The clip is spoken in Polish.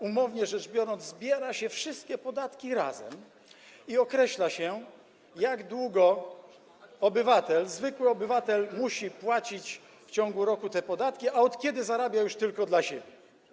Umownie rzecz biorąc, zbiera się wszystkie podatki razem i określa się, jak długo obywatel, zwykły obywatel, musi płacić w ciągu roku te podatki, a od kiedy zarabia już tylko dla siebie.